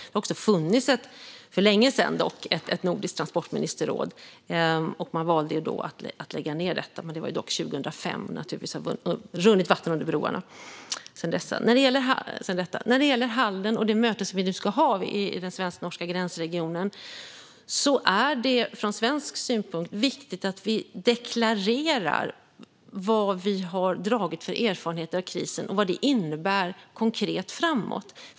Det har dock för länge sedan funnits ett nordiskt tranportministerråd. Man valde då att lägga ned detta. Det var dock 2005. Det har naturligtvis runnit vatten under broarna sedan dess. När det gäller mötet i Halden som vi ska ha i den svensk-norska gränsregionen är det från svensk synpunkt viktigt att vi deklarerar vad vi har dragit för erfarenheter av krisen och vad det innebär konkret framåt.